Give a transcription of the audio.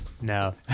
no